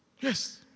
Yes